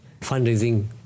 fundraising